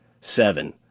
Seven